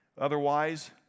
Otherwise